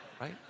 right